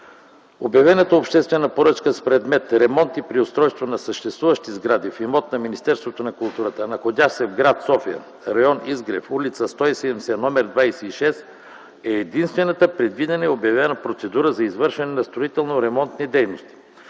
Обявената обществена поръчка с предмет „Ремонт и преустройство на съществуващи сгради в имот на Министерството на културата, находящ се в гр. София, район „Изгрев”, ул. „170” № 26” е единствената предвидена и обявена процедура за извършване на строително-ремонтни дейности.